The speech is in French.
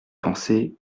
pensée